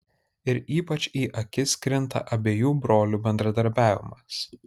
ir ypač į akis krinta abiejų brolių bendradarbiavimas